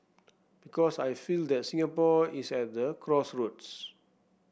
because I feel that Singapore is at the crossroads